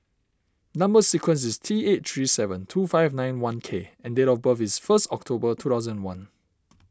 Number Sequence is T eight three seven two five nine one K and date of birth is first October two thousand one